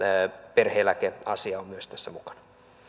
perhe eläkeasia on myös tässä mukana